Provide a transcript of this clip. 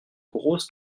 grosse